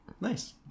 Nice